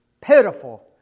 pitiful